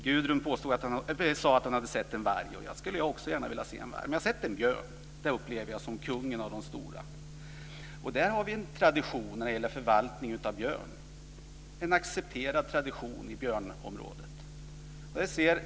Gudrun Lindvall sade att hon har sett en varg. Jag skulle också gärna vilja se en varg. Men jag har sett en björn, och den upplever jag som kungen bland de stora. Vi har en tradition när det gäller förvaltning av björn. Det är en accepterad tradition i björnområdet.